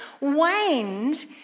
waned